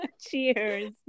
Cheers